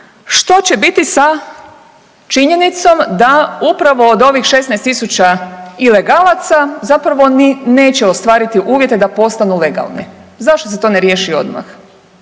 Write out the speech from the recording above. što će biti sa činjenicom da upravo od ovih 16.000 ilegalaca zapravo ni neće ostvariti uvjete da postanu legalni. Zašto se to ne riješi odmah?